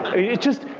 it's just,